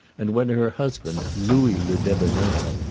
and when her husband, louis le debonair,